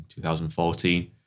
2014